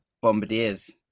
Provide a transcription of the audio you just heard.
bombardiers